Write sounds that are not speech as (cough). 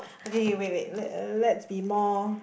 (noise) okay wait wait le~ let's be more